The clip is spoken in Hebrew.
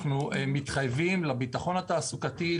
אנחנו מתחייבים לביטחון התעסוקתי,